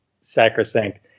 sacrosanct